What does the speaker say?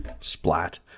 splat